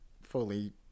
fully